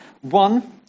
One